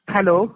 Hello